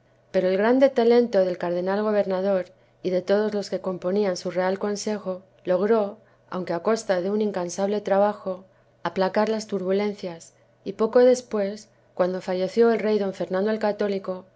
pero el grande talento del cardenal gobernador y de todos los que componian su real consejo logró aunque á costa de un incansable trabajo aplacar las turbulencias y poco despues cuando falleció el rey d fernando el católico